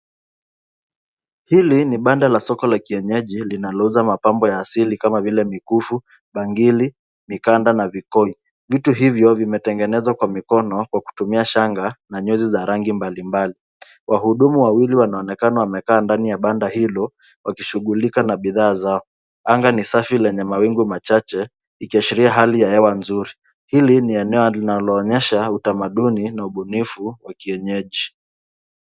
Hili ni banda la oko la kienyeji linalouza mapambo ya asili kama vile, mikufu, bangili, mikanda na vikoi. Vitu hivyo kwa mikono kwa kutumia shanga, na nyuzi za rangi mbali mbali. Wahudumu wawili wanaonekana wamekaa ndani ya banda hilo wakishughulika na bidhaa zao. Anga ni safi lenye mawingu machache, ikiashiria hali ya hewa nzuri. Hili ni eneo linaloonyesha utamaduni na ubunifu wa kienyeji.